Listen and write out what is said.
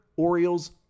Orioles